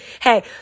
hey